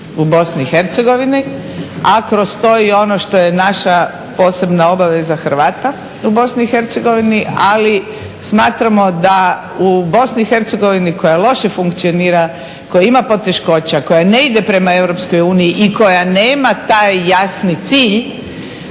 u BiH, a kroz to i ono što je naša posebna obaveza Hrvata u BiH, ali smatramo da u BiH koja loše funkcionira, koja ima poteškoća, koja ne ide prema EU i koja nema taj jasni cilj